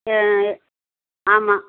ஆமாம்